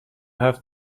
have